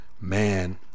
man